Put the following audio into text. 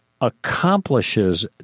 accomplishes